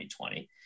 2020